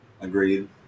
Agreed